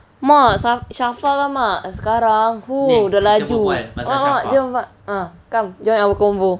mak shafa kan mak sekarang !fuh! dah laju a'ah jom mak ha come join our convo